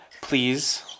please